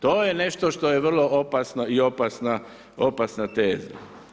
To je nešto što je vrlo opasno i opasna teza.